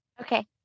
Okay